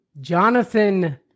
Jonathan